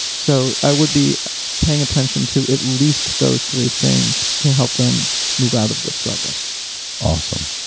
so i would be paying attention to at least those three things to help them move out of the struggle awesome.